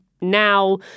now